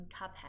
Cuphead